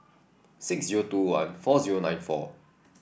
six zero two one four zero nine four